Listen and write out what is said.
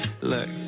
Look